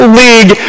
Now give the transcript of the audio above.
league